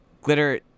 glitter